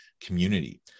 Community